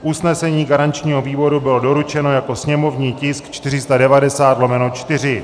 Usnesení garančního výboru bylo doručeno jako sněmovní tisk 490/4.